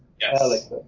yes